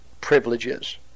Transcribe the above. privileges